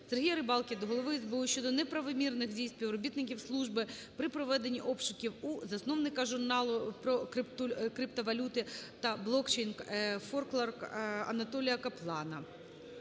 Сергія Рибалки до голови СБУ щодо неправомірних дій співробітників служби при проведенні обшуків у засновника журналу прокриптовалюти та блокчейн "Форклог (ForkLog)" Анатолія Каплана.